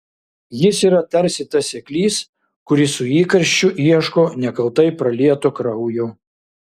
jis yra tarsi tas seklys kuris su įkarščiu ieško nekaltai pralieto kraujo